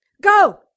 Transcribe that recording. go